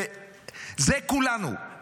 וזה כולנו,